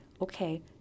okay